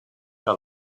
que